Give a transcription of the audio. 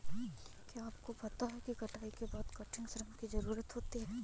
क्या आपको पता है कटाई के बाद कठिन श्रम की ज़रूरत होती है?